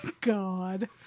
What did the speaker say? God